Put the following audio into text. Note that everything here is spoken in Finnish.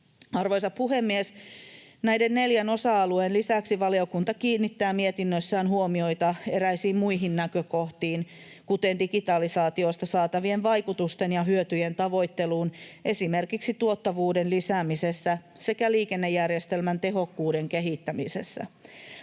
Arvoisa puhemies! Näiden neljän osa-alueen lisäksi valiokunta kiinnittää mietinnössään huomiota eräisiin muihin näkökohtiin, kuten digitalisaatiosta saatavien vaikutusten ja hyötyjen tavoitteluun esimerkiksi tuottavuuden lisäämisessä sekä liikennejärjestelmän tehokkuuden kehittämisessä.